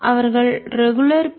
அவர்கள் regular B